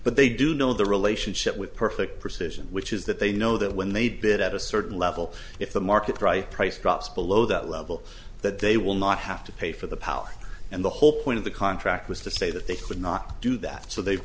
but they do know the relationship with perfect precision which is that they know that when they'd bid at a certain level if the market right price drops below that level that they will not have to pay for the power and the whole point of the contract was to say that they could not do that so they've